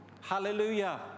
Hallelujah